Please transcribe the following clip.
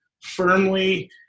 firmly